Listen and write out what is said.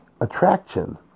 attraction